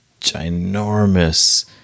ginormous